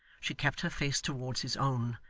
she kept her face towards his own,